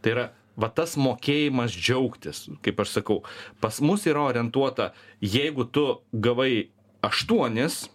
tai yra va tas mokėjimas džiaugtis kaip aš sakau pas mus yra orientuota jeigu tu gavai aštuonis